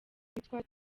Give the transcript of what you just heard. witwa